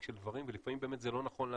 של דברים ולפעמים זה באמת לא נכון,